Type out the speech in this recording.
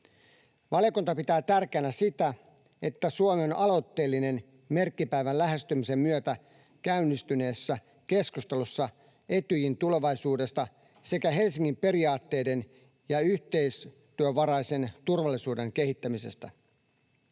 Valiokunta pitää tärkeänä sitä, että Suomi on aloitteellinen merkkipäivän lähestymisen myötä käynnistyneessä keskustelussa Etyjin tulevaisuudesta sekä Helsingin periaatteiden ja yhteistyövaraisen turvallisuuden kehittämisestä.